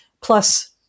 plus